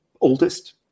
oldest